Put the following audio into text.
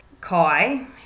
Kai